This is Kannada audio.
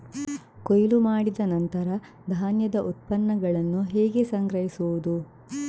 ಕೊಯ್ಲು ಮಾಡಿದ ನಂತರ ಧಾನ್ಯದ ಉತ್ಪನ್ನಗಳನ್ನು ಹೇಗೆ ಸಂಗ್ರಹಿಸುವುದು?